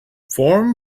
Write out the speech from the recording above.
form